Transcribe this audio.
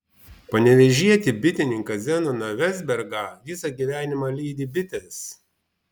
panevėžietį bitininką zenoną vezbergą visą gyvenimą lydi bitės